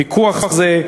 פיקוח זה,